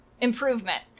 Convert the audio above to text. improvement